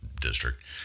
district